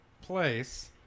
place